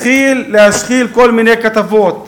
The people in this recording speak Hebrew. התחיל להשחיל כל מיני כתבות,